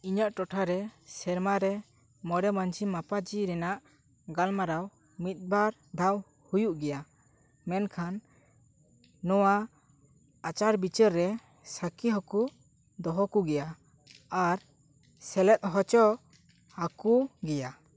ᱤᱧᱟᱹᱜ ᱴᱚᱴᱷᱟ ᱨᱮ ᱥᱮᱨᱢᱟ ᱨᱮ ᱢᱚᱬᱮ ᱢᱟᱹᱡᱷᱤ ᱢᱟᱯᱟᱡᱤ ᱨᱮᱱᱟᱜ ᱜᱟᱞᱢᱟᱨᱟᱣ ᱢᱤᱫᱵᱟᱨ ᱫᱷᱟᱣ ᱦᱩᱭᱩᱜ ᱜᱮᱭᱟ ᱢᱮᱱᱠᱷᱟᱱ ᱱᱚᱣᱟ ᱟᱪᱟᱨ ᱵᱤᱪᱟᱹᱨ ᱨᱮ ᱥᱟᱹᱠᱷᱤ ᱦᱚᱠᱚ ᱫᱚᱦᱚ ᱠᱚ ᱜᱮᱭᱟ ᱟᱨ ᱥᱮᱞᱮᱫ ᱦᱚᱪᱚ ᱟᱠᱚ ᱜᱮᱭᱟ